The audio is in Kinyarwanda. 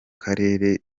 karere